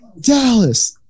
Dallas